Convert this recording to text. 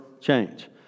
change